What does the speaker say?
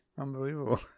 Unbelievable